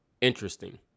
interesting